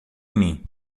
mim